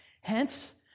Hence